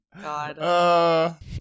God